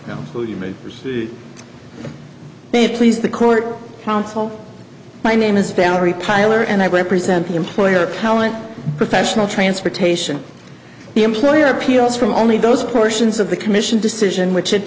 know who you may be please the court counsel my name is valerie pilar and i represent the employer talent professional transportation the employer appeals from only those portions of the commission decision which it